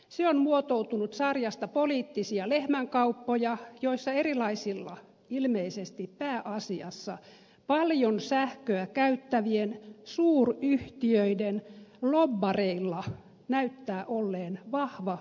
se on muotoutunut sarjasta poliittisia lehmänkauppoja joissa erilaisilla ilmeisesti pääasiassa paljon sähköä käyttävien suuryhtiöiden lobbareilla näyttää olleen vahva vaikutus